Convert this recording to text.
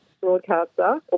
broadcaster